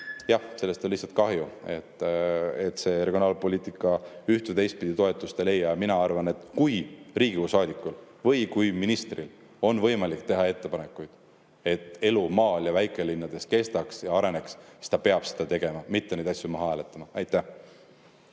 jah, sellest on lihtsalt kahju, et regionaalpoliitika üht- või teistpidi toetust ei leia. Mina arvan, et kui Riigikogu saadikul või kui ministril on võimalik teha ettepanekuid, et elu maal ja väikelinnades kestaks ja areneks, siis ta peab seda tegema, mitte neid asju maha hääletama. Ja